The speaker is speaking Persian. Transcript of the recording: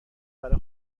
برا